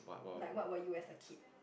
like what were you as a kid